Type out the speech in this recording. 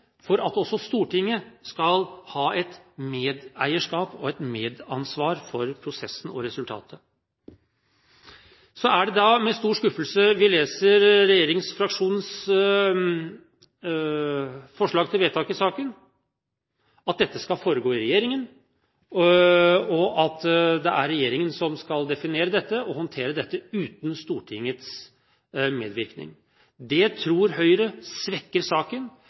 et medansvar for prosessen og resultatet. Så er det med stor skuffelse vi leser regjeringsfraksjonens forslag til vedtak i saken – at dette skal foregå i regjeringen, og at det er regjeringen som skal definere dette og håndtere dette uten Stortingets medvirkning. Det tror Høyre svekker saken.